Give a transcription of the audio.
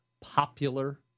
popular